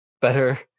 better